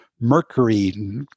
mercury